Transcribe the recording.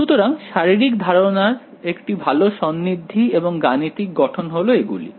সুতরাং শারীরিক ধারণার একটি ভালো সন্নিধি এবং গাণিতিক গঠন হলো এগুলি